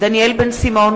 דניאל בן-סימון,